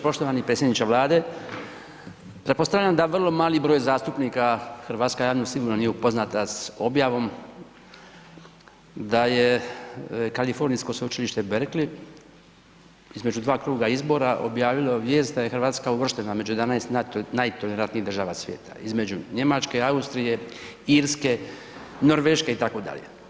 Poštovani predsjedniče Vlade pretpostavljam da vrlo mali broj zastupnika, hrvatska javnost sigurno nije upoznata s objavom da je Kalifornijsko sveučilište Berkeley između dva kruga izbora objavilo vijest da je Hrvatska uvrštena među 11 najtolerantnijih država svijeta, između Njemačke, Austrije, Irske, Norveške itd.